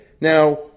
Now